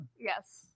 yes